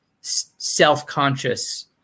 self-conscious